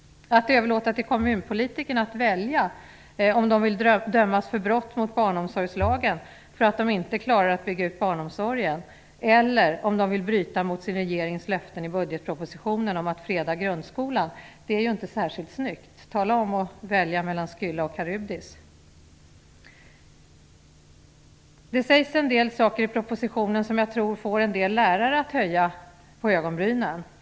Att överlåta till kommunpolitikerna att välja mellan att dömas för brott mot barnomsorgslagen för att de inte klarar att bygga upp barnomsorgen och att bryta sin regerings löften i budgetpropositionen om att freda grundskolan är inte särskilt snyggt. Tala om att välja mellan Skylla och Karybdis. Det sägs en del saker i propositionen som jag tror får en del lärare att höja på ögonbrynen.